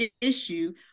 issue